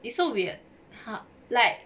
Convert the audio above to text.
it's so weird how like